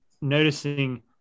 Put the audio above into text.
noticing